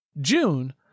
June